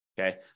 Okay